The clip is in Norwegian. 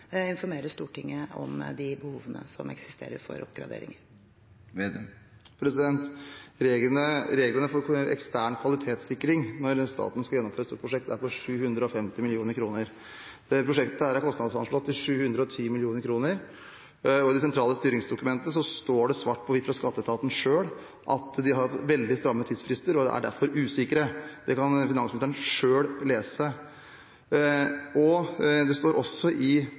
jeg tror representanten Slagsvold Vedum kan slå seg til ro med at vi løpende informerer Stortinget om de behovene som eksisterer for oppgradering. Reglene for ekstern kvalitetssikring når staten skal gjennomføre et stort prosjekt, er på 750 mill. kr. Dette prosjektet er kostnadsanslått til 710 mill. kr, og i det sentrale styringsdokumentet står det svart på hvitt fra skatteetaten selv at de har veldig stramme tidsfrister og derfor er usikre. Det kan finansministeren selv lese. Det står også i